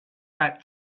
that